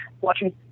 watching